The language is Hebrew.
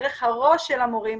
דרך הראש של המורים,